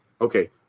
okay